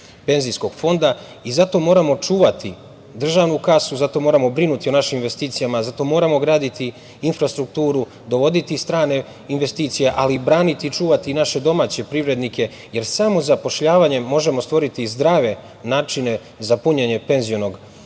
penzijskog fonda i zato moramo čuvati državnu kasu, zato moramo brinuti o našim investicijama, zato moramo graditi infrastrukturu, dovoditi strane investicije, ali i braniti i čuvati naše domaće privrednike, jer samo zapošljavanjem možemo stvoriti zdrave načine za punjenje penzionog fonda,